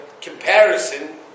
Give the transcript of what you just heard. comparison